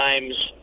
times